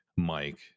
Mike